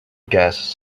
gas